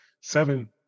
seven